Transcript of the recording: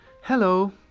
Hello